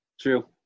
True